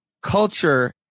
culture